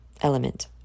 element